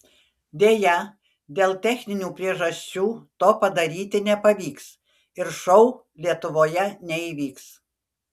deja dėl techninių priežasčių to padaryti nepavyks ir šou lietuvoje neįvyks